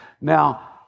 Now